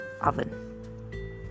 oven